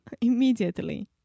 immediately